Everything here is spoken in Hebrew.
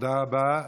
תודה רבה.